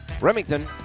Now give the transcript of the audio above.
Remington